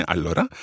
Allora